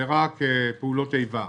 הוגדרה כפעולות איבה